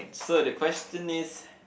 so the question is